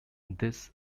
this